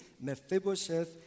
Mephibosheth